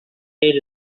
here